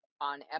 on